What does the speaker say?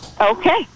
Okay